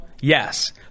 yes